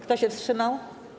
Kto się wstrzymał?